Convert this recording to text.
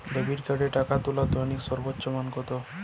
Debit কার্ডে টাকা তোলার দৈনিক সর্বোচ্চ মান কতো?